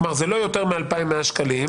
כלומר זה לא יותר מ-2,100 שקלים,